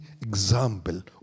example